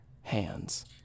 hands